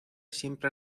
siempre